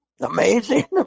Amazing